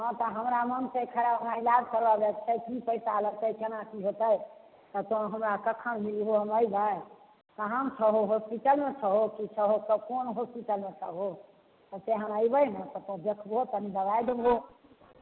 हँ तऽ हमरा मोन छै खराब हमरा इलाज करबाबैके छै की पैसा लगतै केना की हेतै तो हमरा कखन मिलबहो हम अयबै कहाँमे छहो होस्पिटलमे छहो की छहो कोन होस्पिटलमे छहो से हम अयबै ने तो देखबहो तनी दबाइ देबहो